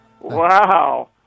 Wow